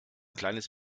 kleines